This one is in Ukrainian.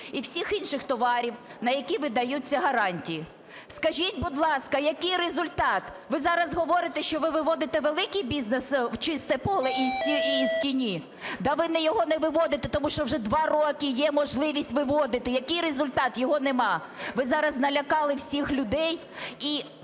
і всіх інших товарів, на які видаються гарантії. Скажіть, будь ласка, який результат? Ви зараз говорите, що ви виводите великий бізнес в чисте поле із тіні?! Та ви його не виводите, тому що вже 2 роки є можливість виводити. Який результат? Його нема. Ви зараз налякали всіх людей і